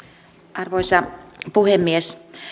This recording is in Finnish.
arvoisa puhemies